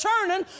turning